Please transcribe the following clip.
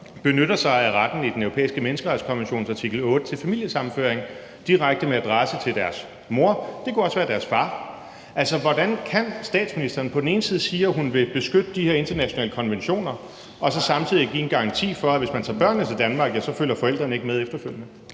benytter sig af retten i Den Europæiske Menneskerettighedskonventions artikel 8 til familiesammenføring direkte med adresse til deres mor, eller det kunne også være deres far? Hvordan kan statsministeren på den ene side sige, at hun vil beskytte de her internationale konventioner, og så samtidig give en garanti for, at hvis man tager børnene til Danmark, følger forældrene ikke med efterfølgende?